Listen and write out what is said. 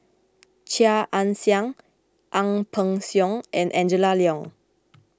Chia Ann Siang Ang Peng Siong and Angela Liong